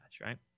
right